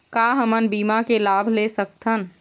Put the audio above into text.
का हमन बीमा के लाभ ले सकथन?